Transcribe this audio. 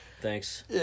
Thanks